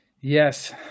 Yes